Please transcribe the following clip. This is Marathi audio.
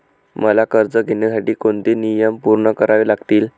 मला कर्ज घेण्यासाठी कोणते नियम पूर्ण करावे लागतील?